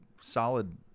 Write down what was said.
solid